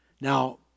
Now